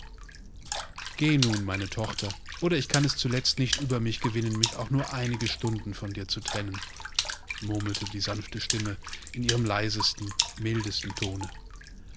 geh nun meine tochter oder ich kann es zuletzt nicht über mich gewinnen mich auch nur einige stunden von dir zu trennen murmelte die sanfte stimme in ihrem leisestem mildestentone